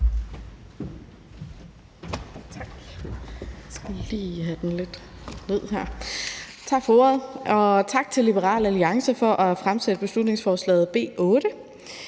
Tak for ordet, og tak til Liberal Alliance for at fremsætte beslutningsforslaget B 8.